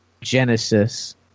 Genesis